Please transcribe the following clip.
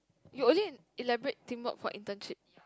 you only elaborate teamwork for internship